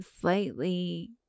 slightly